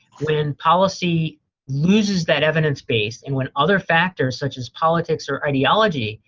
when policy loses that evidence base and when other factors, such as politics or ideology,